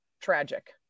tragic